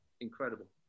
Incredible